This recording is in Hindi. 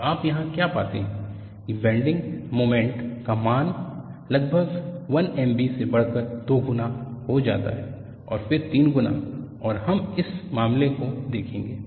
और आप यहां क्या पाते हैं कि बेंडिंग मोमेंट का मान लगातार 1Mb से बढ़ाकर दो गुना हो जाता है और फिर तीन गुना और हम इस मामले को देखेंगे